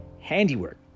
handiwork